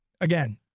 again